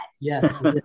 Yes